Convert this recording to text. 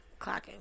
Clocking